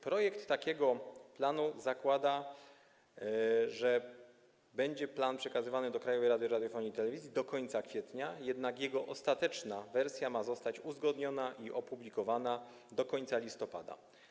Projekt takiego planu będzie przekazany Krajowej Radzie Radiofonii i Telewizji do końca kwietnia, jednak jego ostateczna wersja ma zostać uzgodniona i opublikowana do końca listopada.